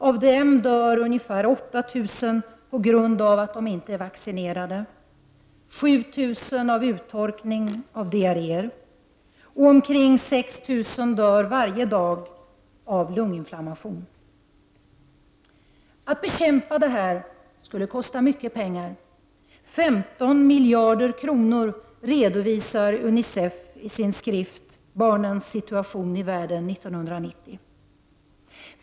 Av dem dör ungefär 8 000 på grund av att de inte är vaccinerade, 7 000 av uttorkning och diarré. Omkring 6 000 barn dör varje dag i lunginflammation. Att bekämpa detta skulle kosta mycket pengar, 15 miljarder kronor, redovisar UNICEF i sin skrift Barnens situation i världen 1990.